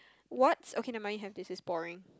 what's okay never mind you have this is boring